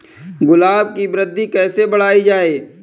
गुलाब की वृद्धि कैसे बढ़ाई जाए?